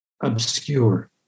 obscure